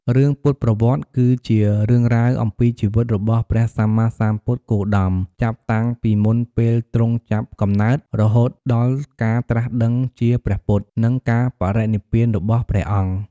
រឿងពុទ្ធប្រវត្តិ គឺជា រឿងរ៉ាវអំពីជីវិតរបស់ព្រះសម្មាសម្ពុទ្ធគោតម ចាប់តាំងពីមុនពេលទ្រង់ចាប់កំណើត រហូតដល់ការត្រាស់ដឹងជាព្រះពុទ្ធ និងការបរិនិព្វានរបស់ព្រះអង្គ។